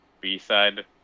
b-side